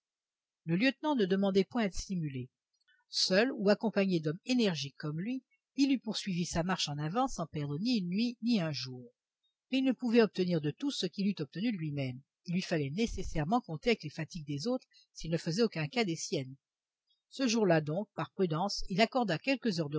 le lieutenant ne demandait point à être stimulé seul ou accompagné d'hommes énergiques comme lui il eût poursuivi sa marche en avant sans perdre ni une nuit ni un jour mais il ne pouvait obtenir de tous ce qu'il eût obtenu de lui-même il lui fallait nécessairement compter avec les fatigues des autres s'il ne faisait aucun cas des siennes ce jour-là donc par prudence il accorda quelques heures